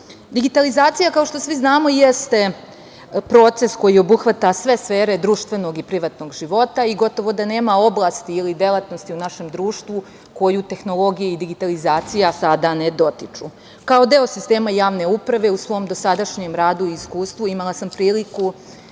oblast. Digitalizacija, kao što svi znamo, jeste proces koji obuhvata sve sfere društvenog i privatnog života i gotovo da nema oblasti ili delatnosti u našem društvu koju tehnologija i digitalizacija sada ne dotiču. Kao deo sistema javne uprave, u svom dosadašnjem radu i iskustvu, imala sam priliku